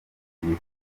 bifuza